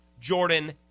Jordan